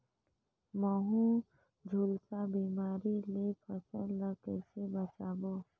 महू, झुलसा बिमारी ले फसल ल कइसे बचाबो?